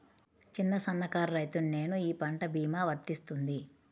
చిన్న సన్న కారు రైతును నేను ఈ పంట భీమా వర్తిస్తుంది?